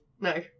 no